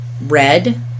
red